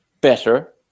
better